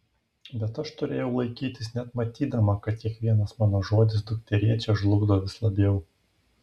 bet aš turėjau laikytis net matydama kad kiekvienas mano žodis dukterėčią žlugdo vis labiau